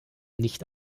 nicht